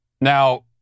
Now